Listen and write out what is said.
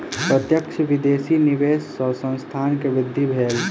प्रत्यक्ष विदेशी निवेश सॅ संस्थान के वृद्धि भेल